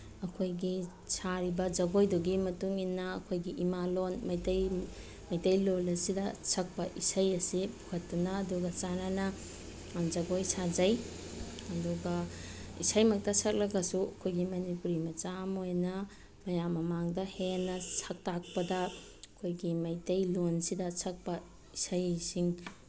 ꯑꯩꯈꯣꯏꯒꯤ ꯁꯥꯔꯤꯕ ꯖꯒꯣꯏꯗꯨꯒꯤ ꯃꯇꯨꯡꯏꯟꯅ ꯑꯩꯈꯣꯏꯒꯤ ꯏꯃꯥꯂꯣꯟ ꯃꯩꯇꯩ ꯃꯩꯇꯩꯂꯣꯟ ꯑꯁꯤꯗ ꯁꯛꯄ ꯏꯁꯩ ꯑꯁꯤ ꯄꯨꯈꯠꯇꯨꯅ ꯑꯗꯨꯒ ꯆꯥꯅꯅ ꯖꯒꯣꯏ ꯁꯥꯖꯩ ꯑꯗꯨꯒ ꯏꯁꯩꯃꯛꯇ ꯁꯛꯂꯒꯁꯨ ꯑꯩꯈꯣꯏꯒꯤ ꯃꯅꯤꯄꯨꯔꯤ ꯃꯆꯥ ꯑꯃ ꯑꯣꯏꯅ ꯃꯌꯥꯝ ꯃꯃꯥꯡꯗ ꯍꯦꯟꯅ ꯁꯛ ꯇꯥꯛꯄꯗ ꯑꯩꯈꯣꯏꯒꯤ ꯃꯩꯇꯩꯂꯣꯟꯁꯤꯗ ꯁꯛꯄ ꯏꯁꯩꯁꯤꯡ